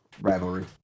rivalry